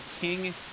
King